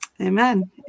amen